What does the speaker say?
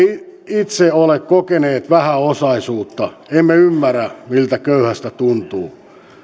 itse ole kokeneet vähäosaisuutta emme ymmärrä miltä köyhästä tuntuu